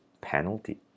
penalty